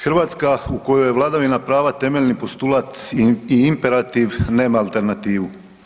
Hrvatska u kojoj je vladavina prava temeljni postulat i imperativ nema alternativu.